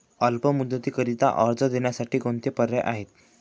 अल्प मुदतीकरीता कर्ज देण्यासाठी कोणते पर्याय आहेत?